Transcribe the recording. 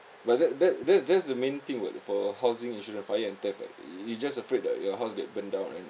but that that that that's the main thing [what] for housing insurance fire and theft right you just afraid that your house get burn down and